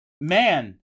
man